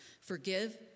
forgive